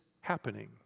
happening